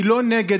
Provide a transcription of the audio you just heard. אני לא נגד,